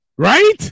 Right